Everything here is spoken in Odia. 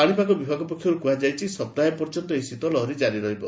ପାଣିପାଗ ବିଭାଗ ପକ୍ଷରୁ କୁହାଯାଇଛି ସପ୍ତାହେ ପର୍ଯ୍ୟନ୍ତ ଏହି ଶୀତଲହରୀ ଜାରି ରହିବ